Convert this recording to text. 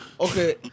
Okay